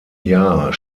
jahr